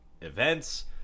events